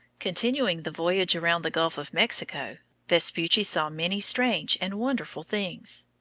continuing the voyage around the gulf of mexico, vespucci saw many strange and wonderful things.